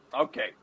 Okay